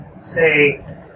say